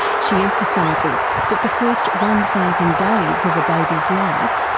she emphasises that the first one thousand days of a baby's life,